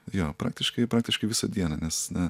jo praktiškai praktiškai visą dieną nes na